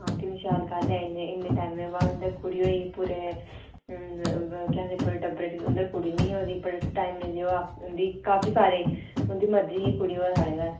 किन्नी शैल गल्ल ऐ इन्ने टैम्में बाद उं'दे कुड़ी होई पूरे केह् आक्खदे पूरे टब्बरे च उं'दे कुड़ी नेईं ही होई दी बडे़ टाईम दी उं'दी काफी सारे उं'दी मर्जी ही कुड़ी होऐ साढ़े घर